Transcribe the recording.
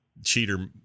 cheater